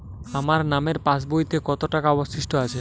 আমার নামের পাসবইতে কত টাকা অবশিষ্ট আছে?